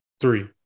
Three